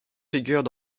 figurent